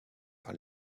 par